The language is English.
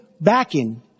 backing